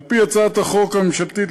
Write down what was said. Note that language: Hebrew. על-פי הצעת החוק הממשלתית,